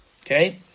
Okay